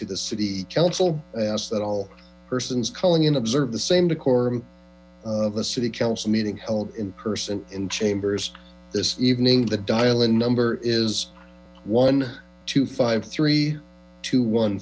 to the city council i ask that all persons calling in observe the same decorum the city council meeting held in person in chambers this evening the dial in number is one two five three two one